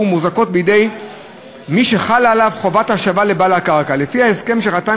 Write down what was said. ומוחזקים בידי מי שחלה עליו חובת השבה לבעל הקרקע לפי הסכם שחתם